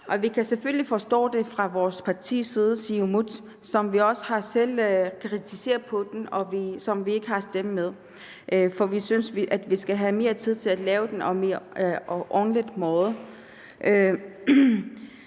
Vi kan selvfølgelig forstå det fra vores parti, Siumuts, side, vi har også selv kritiseret den, og vi har ikke stemt for den, for vi synes, at vi skal have mere tid til at lave den på en ordentlig måde.